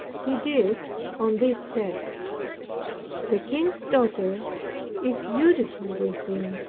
he did on this text the king's daughter is beautiful within.